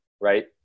Right